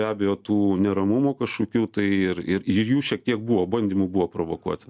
be abejo tų neramumų kažkokių tai ir ir ir jų šiek tiek buvo bandymų buvo provokuoti